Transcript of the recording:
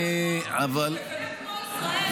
למה אתם מקבלים את הפרנויה של האיש הזה?